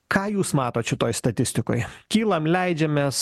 ką jūs matot šitoj statistikoj kylam leidžiamės